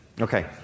Okay